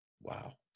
wow